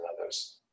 others